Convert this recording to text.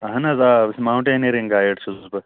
اَہن حظ آ بہٕ چھُس ماوُٹینٔرِنٛگ گایِڈ چھُس بہٕ